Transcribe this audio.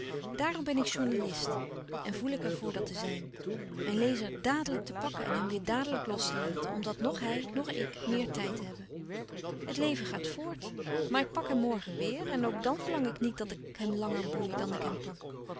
daarom ben ik journalist en voel ik er voor dat te zijn mijn lezer dàdelijk te pakken en hem weêr dadelijk los te laten omdat noch hij noch ik meer tijd hebben het leven gaat voort maar ik pak hem morgen weêr en ook dan verlang ik niet dat ik hem langer boei dan ik hem pak